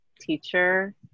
teacher